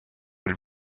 elle